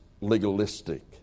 legalistic